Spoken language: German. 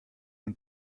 und